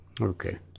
Okay